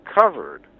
covered